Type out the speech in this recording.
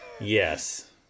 yes